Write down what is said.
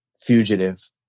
fugitive